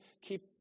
keep